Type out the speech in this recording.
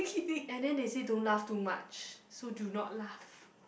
and then they say don't laugh too much so do not laugh